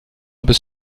bis